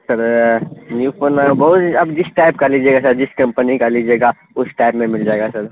سر new phone بہت ہی آپ جس ٹائپ کا لیجیے گا سر جس کمپنی کا لیجیے گا اس ٹائپ میں مل جائے گا سر